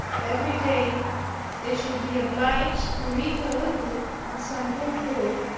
every day they should be obliged to read a little in some good book,